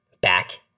back